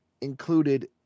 included